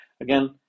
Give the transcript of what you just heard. again